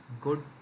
good